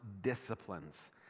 Disciplines